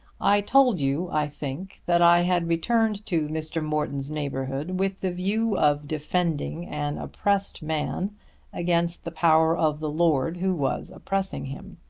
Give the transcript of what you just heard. i told you, i think, that i had returned to mr. morton's neighbourhood with the view of defending an oppressed man against the power of the lord who was oppressing him.